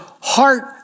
heart